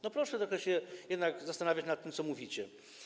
No proszę trochę się jednak zastanawiać nad tym, co mówicie.